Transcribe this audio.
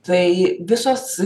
tai visos